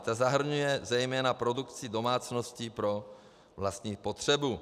Ta zahrnuje zejména produkci domácností pro vlastní potřebu.